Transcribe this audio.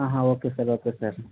okay sir okay sir